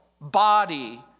body